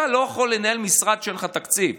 אתה לא יכול לנהל משרד כשאין לך תקציב.